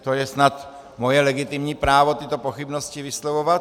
To je snad moje legitimní právo tyto pochybnosti vyslovovat.